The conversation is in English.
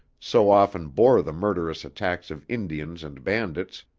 so often bore the murderous attacks of indians and bandits,